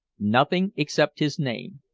nothing except his name.